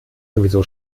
sowieso